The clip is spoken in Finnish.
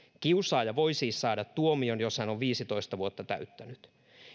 kiusaaja voi siis saada tuomion jos hän on viisitoista vuotta täyttänyt